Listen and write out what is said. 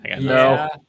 No